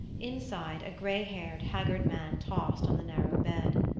inside, a gray-haired haggard man tossed on the narrow bed.